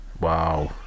Wow